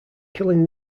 killing